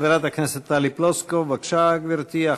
חברת הכנסת טלי פלוסקוב, בבקשה, גברתי.